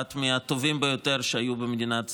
אחד מהטובים ביותר שהיו במדינת ישראל.